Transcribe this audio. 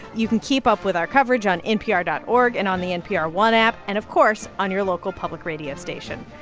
you can keep up with our coverage on npr dot org and on the npr one app and, of course, on your local public radio station.